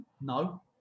No